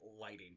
lighting